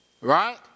Right